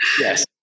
Yes